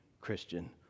Christian